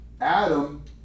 Adam